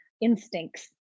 instincts